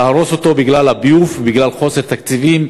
להרוס אותו בגלל הביוב, בגלל חוסר תקציבים,